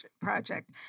Project